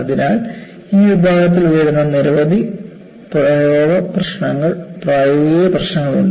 അതിനാൽ ഈ വിഭാഗത്തിൽ വരുന്ന നിരവധി പ്രായോഗിക പ്രശ്നങ്ങൾ ഉണ്ട്